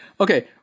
okay